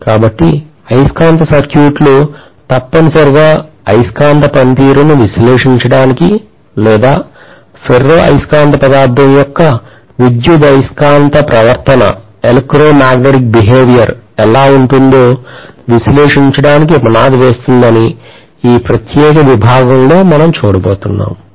కాబట్టి అయస్కాంత సర్క్యూట్లు తప్పనిసరిగా అయస్కాంత పనితీరును విశ్లేషించడానికి లేదా ఫెర్రో అయస్కాంత పదార్థం యొక్క విద్యుదయస్కాంత ప్రవర్తన ఎలా ఉంటుందో విశ్లేషించడానికి పునాది వేస్తుందని ఈ ప్రత్యేక విభాగంలో మనం చూడబోతున్నాం